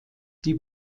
die